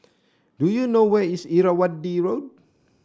do you know where is Irrawaddy Road